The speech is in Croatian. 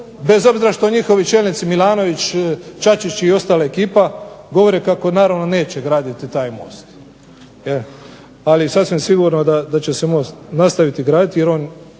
bez obzira što njihovi čelnici Milanović, Čačić i ostala ekipa govore kako naravno neće graditi taj most. Ali sasvim sigurno da će se most nastaviti graditi, on